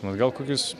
nu gal kokius